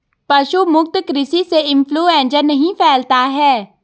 पशु मुक्त कृषि से इंफ्लूएंजा नहीं फैलता है